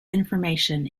information